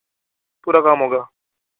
पूरा काम होगा